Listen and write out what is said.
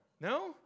No